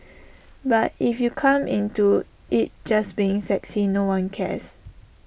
but if you come into IT just being sexy no one cares